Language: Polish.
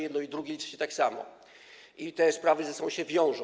Jedno i drugie liczy się tak samo, te sprawy ze sobą się wiążą.